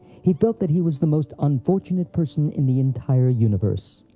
he felt that he was the most unfortunate person in the entire universe.